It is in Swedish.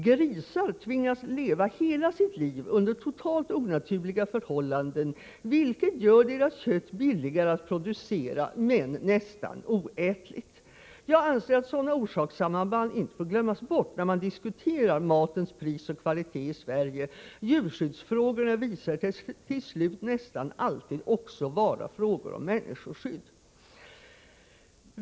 Grisar tvingas leva hela sitt liv under totalt onaturliga förhållanden, vilket gör deras kött billigare att producera men nästan oätligt. Jag anser att sådana orsakssamband inte får glömmas bort när man diskuterar matens pris och kvalitet i Sverige. Djurskyddsfrågorna visar sig till slut nästan alltid också vara frågor om människoskydd.